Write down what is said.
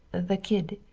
the kid?